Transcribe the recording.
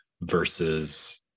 versus